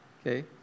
okay